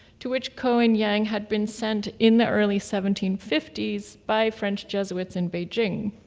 to which ko and yang had been sent in the early seventeen fifty s by french jesuits in beijing.